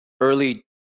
early